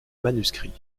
manuscrits